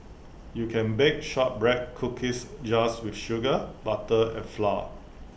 you can bake Shortbread Cookies just with sugar butter and flour